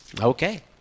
Okay